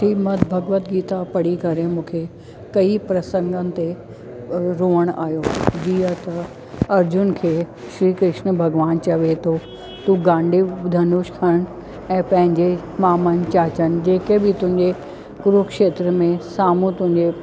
श्रीमत भगवत गीता पढ़ी करे मूंखे कई प्रसंगन ते रोअण आयो जीअं त अर्जुन खे श्री कृष्ण भॻवानु चवे थो तूं गाण्डीव धनुष खणि ऐं पंहिंजे मामा चाचाजनि जेके बि तुंहिंजे कुरुक्षेत्र में साम्हूं तुंहिंजे